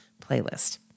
playlist